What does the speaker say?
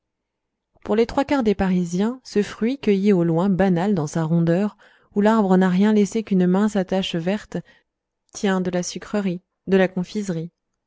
pour les trois quarts des parisiens ce fruit cueilli au loin banal dans sa rondeur où l'arbre n'a rien laissé qu'une mince attache verte tient de la sucrerie de la confiserie